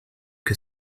que